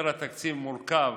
התקציב מורכב